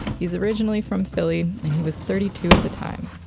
he's originally from philly, and he was thirty two at the time.